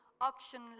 auction